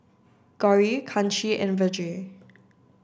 Gauri Kanshi and Vedre